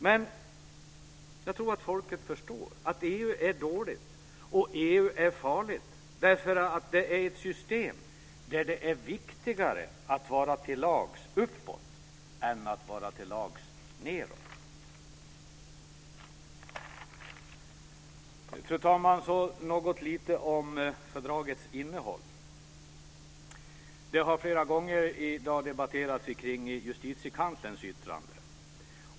Men jag tror att folket förstår att EU är dåligt och farligt därför att det är ett system där det är viktigare att vara till lags uppåt än att vara till lags nedåt. Fru talman! Jag ska säga något om fördragets innehåll. Det har flera gånger i dag diskuterats kring justitiekanslerns yttrande.